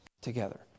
together